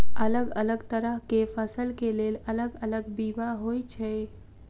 अलग अलग तरह केँ फसल केँ लेल अलग अलग बीमा होइ छै?